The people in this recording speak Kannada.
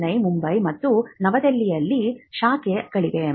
ಚೆನ್ನೈ ಮುಂಬೈ ಮತ್ತು ನವದೆಹಲಿಯಲ್ಲಿ ಶಾಖೆಗಳಿವೆ